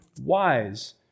wise